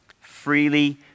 Freely